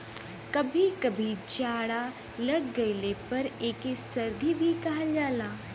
कभी कभी जाड़ा लाग गइले पर एके सर्दी भी कहल जाला